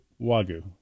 Wagyu